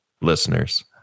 listeners